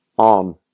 on